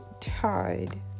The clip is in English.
tied